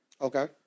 Okay